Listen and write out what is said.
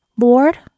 Lord